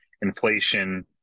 inflation